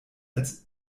als